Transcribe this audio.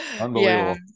Unbelievable